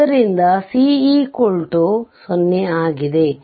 ಆದ್ದರಿಂದ c 0 ಆಗಿದೆ